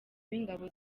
w’ingabo